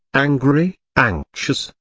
angry, anxious,